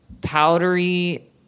powdery